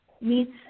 meets